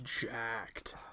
jacked